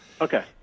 Okay